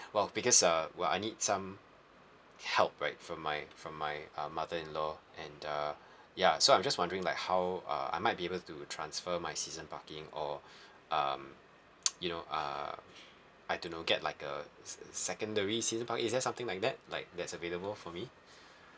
well because uh well I need some help right for my for my um mother in law and uh ya so I'm just wondering like how uh I might be able to transfer my season parking or um you know uh I don't know get like uh se~ se~ secondary season parking is there something like that like that's available for me